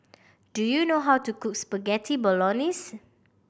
do you know how to cook Spaghetti Bolognese